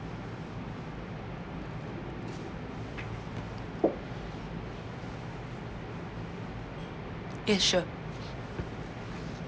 yes sure